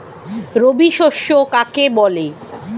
রবি শস্য কাকে বলে?